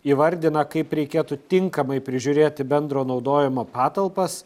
įvardina kaip reikėtų tinkamai prižiūrėti bendro naudojimo patalpas